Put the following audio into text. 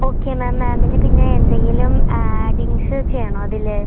okay ma'am മാമിന് പിന്നെ എന്തെങ്കിലും ആഡിംഗ്സ് ചെയ്യണോ അതിൽ